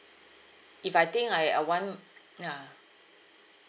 if I think I I want ya